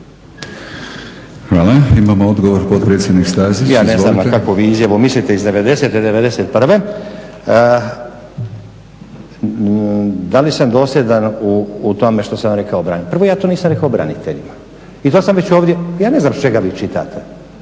Izvolite. **Stazić, Nenad (SDP)** Ja ne znam na kakvu vi izjavu mislite iz '90., '91. da li sam dosljedan u tome što sam rekao braniteljima. Prvo ja to nisam rekao braniteljima. I to sam već ovdje, ja ne znam iz čega vi čitate